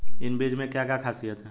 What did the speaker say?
इन बीज में क्या क्या ख़ासियत है?